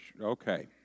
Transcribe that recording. Okay